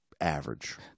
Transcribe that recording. average